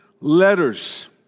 Letters